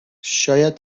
شاید